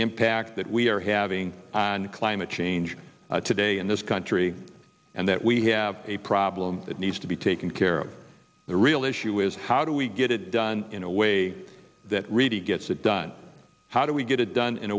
impact that we are having and climate change today in this country and that we have a problem that needs to be taken care of the real issue is how do we get it done in a way that really gets it done how do we get it done in